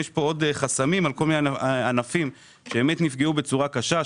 יש כאן עוד חסמים על כל מיני ענפים שבאמת נפגעו בצורה קשה.